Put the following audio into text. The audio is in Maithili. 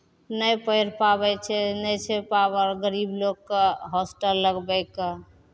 नहि पढ़ि पाबै छै नहि छै पावर गरीब लोककेँ होस्टल लगबयके